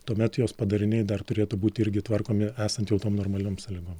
tuomet jos padariniai dar turėtų būti irgi tvarkomi esant jau tom normaliom sąlygom